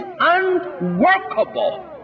unworkable